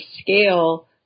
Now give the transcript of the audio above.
scale